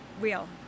real